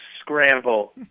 Scramble